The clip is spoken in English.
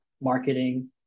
marketing